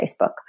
Facebook